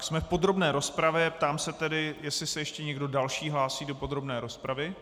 Jsme v podrobné rozpravě, ptám se tedy, jestli se ještě někdo další hlásí do podrobné rozpravy.